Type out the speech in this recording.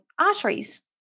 arteries